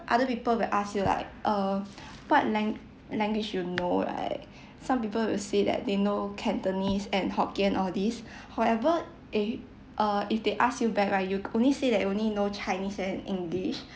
other people will ask you like uh what lang~ language you know right some people will say that they know cantonese and hokkien all these however eh uh if they ask you back right you only say that you only know chinese and english